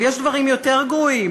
אבל יש דברים יותר גרועים.